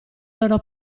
loro